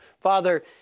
Father